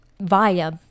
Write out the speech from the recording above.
via